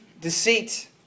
deceit